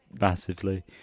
massively